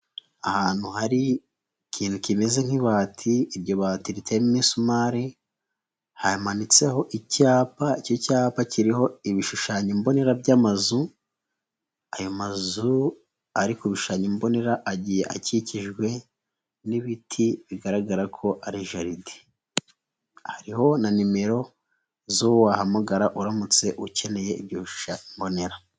Ahantu hari ikintu kimeze nk'ibati, iryo bati riteyemo imisumari, hamanitseho icyapa, icyo cyapa kiriho ibishushanyo mbonera by'amazu, ayo mazu ari ku bishushanyo mbonera agiye akikijwe n'ibiti bigaragara ko ari jaride, hariho na nimero z'uwo wahamagara uramutse ukeneye ibyo bishushanyo mbonera.